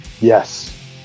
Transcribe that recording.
Yes